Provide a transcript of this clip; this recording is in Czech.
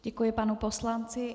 Děkuji panu poslanci.